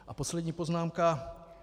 A poslední poznámka.